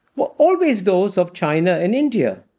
were always those of china and india.